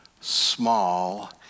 small